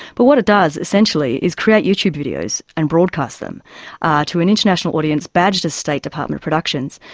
but what it does essentially is create youtube videos and broadcast them to an international audience, badged as state department productions,